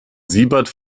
siebert